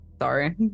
Sorry